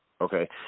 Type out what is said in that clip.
okay